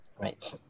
right